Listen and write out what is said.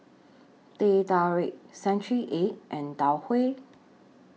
Teh Tarik Century Egg and Tau Huay